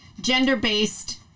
gender-based